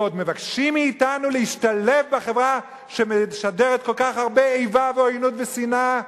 ועוד מבקשים מאתנו להשתלב בחברה שמשדרת כל כך הרבה איבה ועוינות ושנאה.